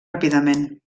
ràpidament